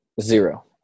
Zero